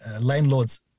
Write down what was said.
landlord's